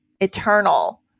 eternal